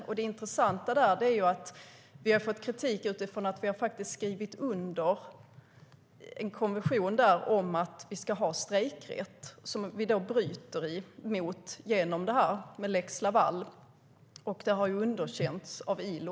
Det intressanta där är att vi har fått kritik utifrån att vi har skrivit under en konvention om att vi ska ha strejkrätt men bryter mot den genom lex Laval. Det har underkänts av ILO.